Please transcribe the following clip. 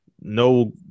no